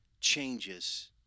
changes